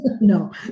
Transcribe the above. No